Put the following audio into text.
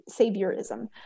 saviorism